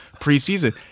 preseason